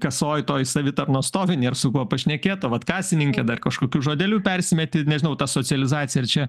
kasoj toj savitarnos stovi nėr su kuo pašnekėt o vat kasininkė dar kažkokiu žodeliu persimeti nežinau ta socializacija ar čia